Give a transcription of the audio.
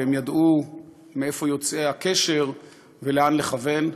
והם ידעו מאיפה יוצא הקשר ולאן לכוון,